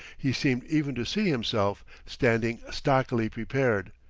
he seemed even to see himself, standing stockily prepared,